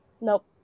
nope